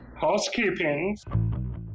Housekeeping